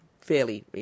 fairly